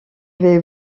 vais